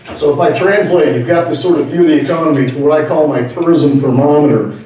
so if i translate, you got this sort of beauty economy with what i call my tourism thermometer.